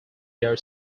their